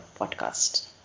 podcast